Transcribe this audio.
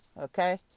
Okay